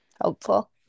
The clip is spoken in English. Helpful